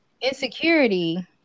Insecurity